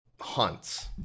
hunts